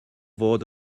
fod